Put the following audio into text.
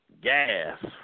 gas